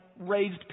raised